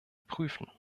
prüfen